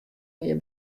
mear